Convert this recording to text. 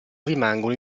rimangono